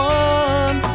one